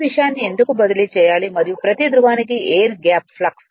ఈ విషయాన్ని ఎందుకు బదిలీ చేయాలి మరియు ప్రతి ధ్రువానికి ఎయిర్ గ్యాప్ ఫ్లక్స్